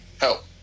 help